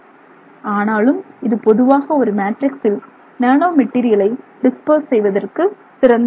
ஆனாலும் இது பொதுவாக ஒரு மாட்ரிக்சில் நானோ மெட்டீரியலை பரப்புவதற்கு சிறந்த செயலாகும்